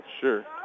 Sure